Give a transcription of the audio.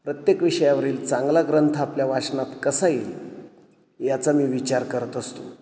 प्रत्येक विषयावरील चांगला ग्रंथ आपल्या वाचनात कसा येईल याचा मी विचार करत असतो